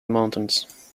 mountains